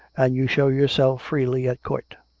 and you show yourself freely at court.